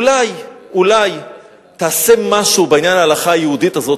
אולי אולי תעשה משהו בעניין ההלכה היהודית הזאת